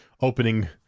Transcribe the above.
opening